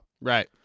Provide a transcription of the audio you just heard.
Right